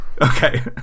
Okay